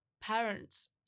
parents